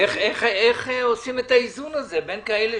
איך עושים את האיזון הזה בין כאלה